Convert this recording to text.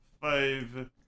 five